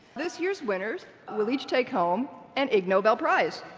this year's winners will each take home an ig nobel prize.